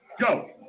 Go